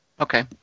Okay